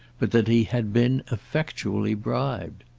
but that he had been effectually bribed.